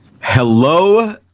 Hello